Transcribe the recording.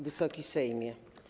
Wysoki Sejmie!